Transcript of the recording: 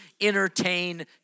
entertain